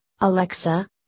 Alexa